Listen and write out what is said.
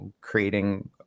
creating